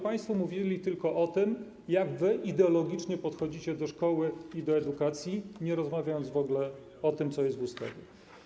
Państwo mówili tylko o tym, jak wy ideologicznie podchodzicie do szkoły i do edukacji, nie rozmawialiście w ogóle o tym, co jest w ustawie.